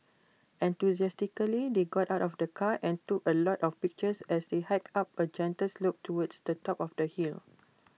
enthusiastically they got out of the car and took A lot of pictures as they hiked up A gentle slope towards the top of the hill